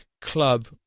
club